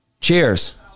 Cheers